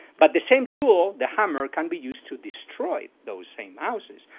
but the same tool, the hammer, can be used to destroy those same houses,